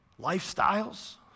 lifestyles